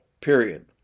period